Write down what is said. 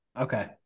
Okay